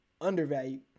undervalued